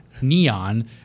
neon